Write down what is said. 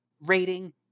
Rating